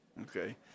Okay